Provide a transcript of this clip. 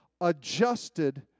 adjusted